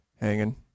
hanging